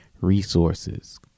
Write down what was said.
resources